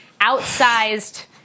outsized